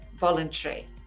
voluntary